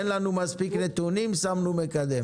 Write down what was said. אין לנו מספיק נתונים, שמנו מקדם.